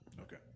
okay